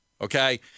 Okay